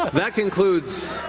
that concludes